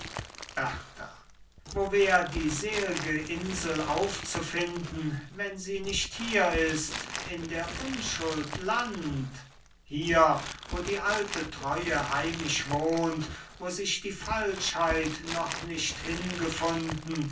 berta wo wär die sel'ge insel aufzufinden wenn sie nicht hier ist in der unschuld land hier wo die alte treue heimisch wohnt wo sich die falschheit noch nicht hingefunden